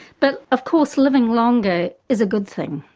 but, of course, living longer is a good thing.